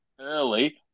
early